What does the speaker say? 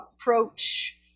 approach